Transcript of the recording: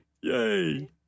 yay